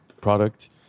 product